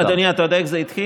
אדוני, אתה יודע איך זה התחיל?